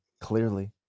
clearly